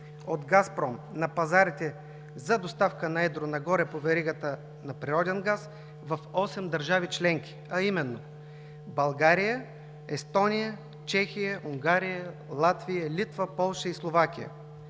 от „Газпром“ на пазарите за доставка на едро нагоре по веригата на природен газ в осем държави членки: България, Естония, Чехия, Унгария, Латвия, Литва, Полша и Словакия.